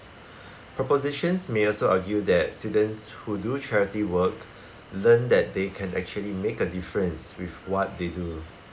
propositions may also argue that students who do charity work learn that they can actually make a difference with what they do